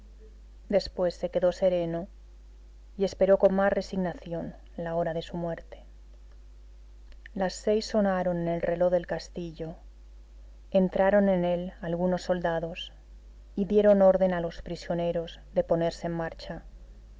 después se quedó sereno y esperó con más resignación la hora de su muerte las seis sonaron en el reloj del castillo entraron en él algunos soldados y dieron orden a los prisioneros de ponerse en marcha